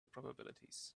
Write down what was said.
probabilities